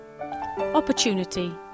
Opportunity